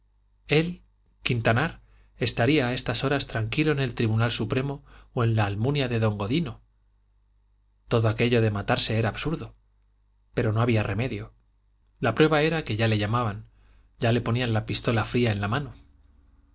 él quintanar estaría a estas horas tranquilo en el tribunal supremo o en la almunia de don godino todo aquello de matarse era absurdo pero no había remedio la prueba era que ya le llamaban ya le ponían la pistola fría en la mano